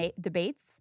debates